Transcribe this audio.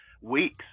weeks